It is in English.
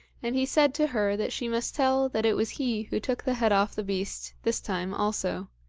and he said to her that she must tell that it was he who took the head off the beast this time also.